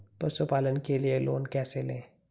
पशुपालन के लिए लोन कैसे लें?